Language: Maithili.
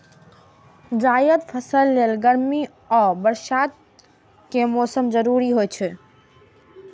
जायद फसल लेल गर्मी आ बरसात के मौसम जरूरी होइ छै